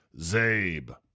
Zabe